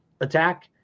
attack